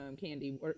Candy